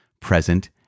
present